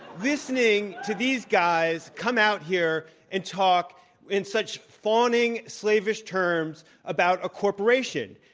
listening to these guys come out here and talk in such fawning, slavish terms about a corporation.